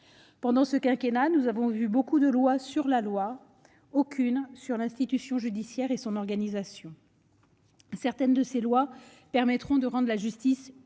Pendant ce quinquennat, nous avons vu beaucoup de lois sur la loi, mais aucune sur l'institution judiciaire et son organisation. Certaines de ces lois permettront de rendre la justice plus